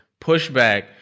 pushback